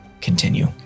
continue